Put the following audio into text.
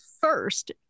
first